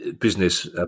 business